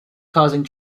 causing